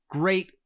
great